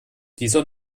dieser